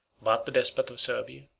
but the despot of servia,